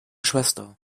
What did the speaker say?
schwester